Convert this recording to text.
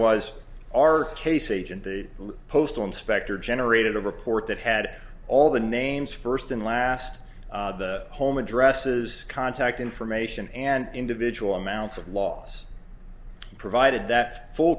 was our case agent the postal inspector generated a report that had all the names first and last the home addresses contact information and individual amounts of loss provided that full